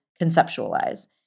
conceptualize